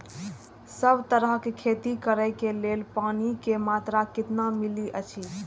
सब तरहक के खेती करे के लेल पानी के मात्रा कितना मिली अछि?